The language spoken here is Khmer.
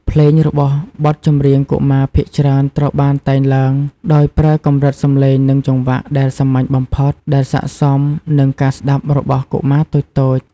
ភ្លេងរបស់បទចម្រៀងកុមារភាគច្រើនត្រូវបានតែងឡើងដោយប្រើកម្រិតសំឡេង និងចង្វាក់ដែលសាមញ្ញបំផុត ដែលស័ក្តិសមនឹងការស្តាប់របស់កុមារតូចៗ។